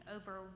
over